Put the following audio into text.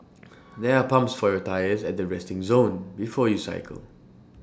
there are pumps for your tyres at the resting zone before you cycle